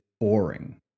boring